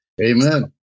Amen